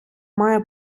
має